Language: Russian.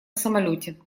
самолете